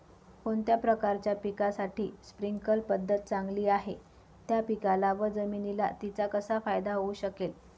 कोणत्या प्रकारच्या पिकासाठी स्प्रिंकल पद्धत चांगली आहे? त्या पिकाला व जमिनीला तिचा कसा फायदा होऊ शकेल?